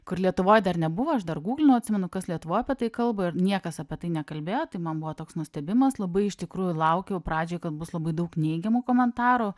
kur lietuvoj dar nebuvo aš dar gūglinau atsimenu kas lietuvoj apie tai kalba ir niekas apie tai nekalbėjo tai man buvo toks nustebimas labai iš tikrųjų laukiau pradžioj kad bus labai daug neigiamų komentarų